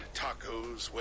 tacos